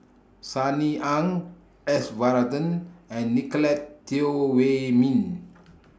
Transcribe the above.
Sunny Ang S Varathan and Nicolette Teo Wei Min